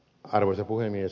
arvoisa puhemies